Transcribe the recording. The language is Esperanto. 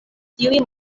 tiuj